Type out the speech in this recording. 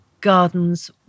gardens